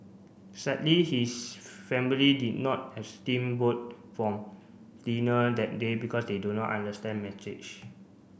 sadly his family did not has steam boat from dinner that day because they do not understand message